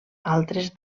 altres